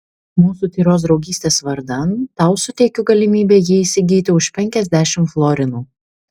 mūsų tyros draugystės vardan tau suteikiu galimybę jį įsigyti už penkiasdešimt florinų